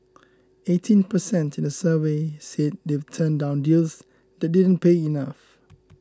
eighteen per cent in the survey said they've turned down deals that didn't pay enough